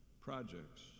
projects